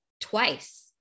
twice